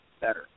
better